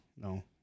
No